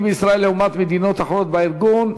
בישראל לעומת מדינות אחרות בארגון,